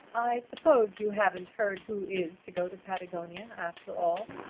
i suppose you haven't heard who is to go to patagonia after all?